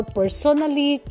personally